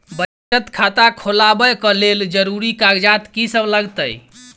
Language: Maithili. बचत खाता खोलाबै कऽ लेल जरूरी कागजात की सब लगतइ?